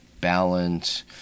balance